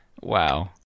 Wow